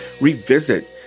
revisit